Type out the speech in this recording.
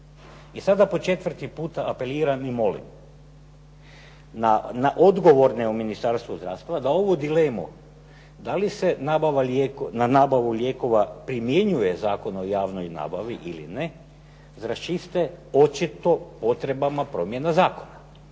I sada po četvrti puta apeliram molim na odgovorne u Ministarstvu zdravstva, da ovu dilemu da li se na nabavu lijekova primjenjuje Zakon o javnoj nabavi ili ne, da raščiste očito potrebama promjena zakona,